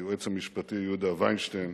היועץ המשפטי יהודה וינשטיין,